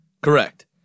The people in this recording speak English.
Correct